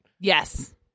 Yes